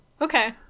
okay